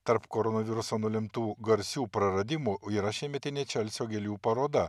tarp koronaviruso nulemtų garsių praradimų yra šiemetinė čelsio gėlių paroda